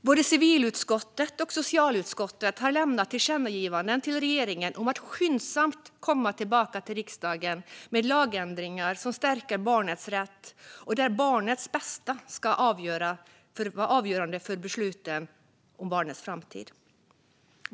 Både civilutskottet och socialutskottet har lämnat tillkännagivanden till regeringen om att skyndsamt komma tillbaka till riksdagen med lagändringar som stärker barnets rätt och där barnets bästa ska vara avgörande för besluten om barnets framtid.